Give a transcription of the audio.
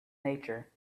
nature